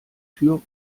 tür